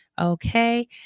Okay